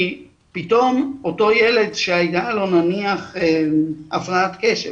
כי פתאום אותו ילד שהייתה לו נניח הפרעת קשב